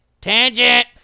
Tangent